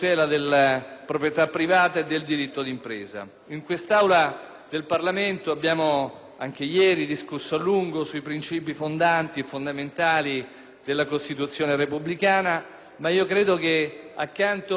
del Parlamento, anche ieri abbiamo discusso a lungo sui principi fondanti e fondamentali della Costituzione repubblicana. Credo però che accanto ai diritti di libertà, così come li conosciamo e sono sottolineati,